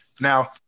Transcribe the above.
Now –